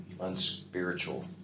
unspiritual